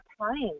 time